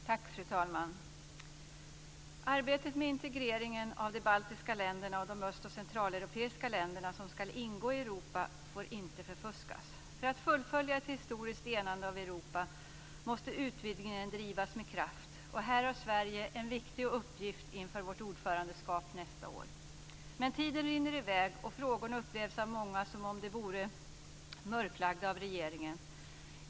Fru talman! Arbetet med integreringen av de baltiska länderna och de öst och centraleuropeiska länderna som ska ingå i Europa får inte förfuskas. För att fullfölja ett historiskt enande av Europa måste utvidgningen drivas med kraft, och här har Sverige en viktig uppgift inför vårt ordförandeskap nästa år. Men tiden rinner i väg, och frågorna upplevs av många som om de vore mörklagda av regeringen.